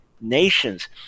nations